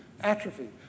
atrophy